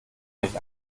nicht